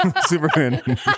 Superman